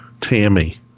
Tammy